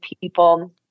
people